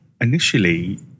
initially